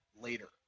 later